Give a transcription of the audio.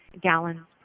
gallons